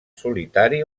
solitari